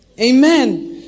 Amen